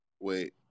Wait